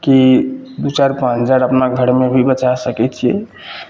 कि दुइ चारि पाँच हजार अपना घरमे भी बचै सकै छिए